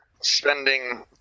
spending